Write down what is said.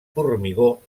formigó